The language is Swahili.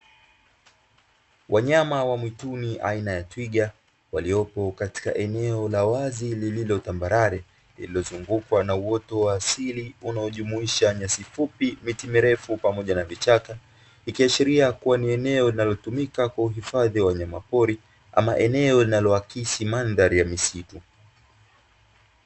Wanyama wa mwituni aina ya twiga waliopo katika eneo la wazi lililo tambalare lililozungukwa na uoto wa asili unaojumuisha nyasi fupi, miti mirefu, pamoja na vichaka ikiashiria kuwa ni eneo linalotumika kwa uhifadhi wa wanyamapori ama eneo linalohakisi mandhari ya misitu.